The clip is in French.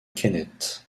kenneth